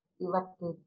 elected